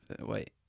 Wait